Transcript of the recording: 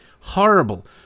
Horrible